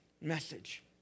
message